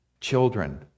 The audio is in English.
children